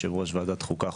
יושב-ראש ועדת חוקה,